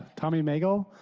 tommy nagel.